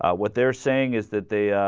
ah what they're saying is that the ah.